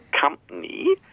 company